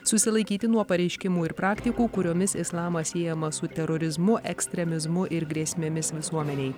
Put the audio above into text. susilaikyti nuo pareiškimų ir praktikų kuriomis islamas siejamas su terorizmu ekstremizmu ir grėsmėmis visuomenei